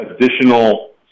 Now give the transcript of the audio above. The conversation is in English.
additional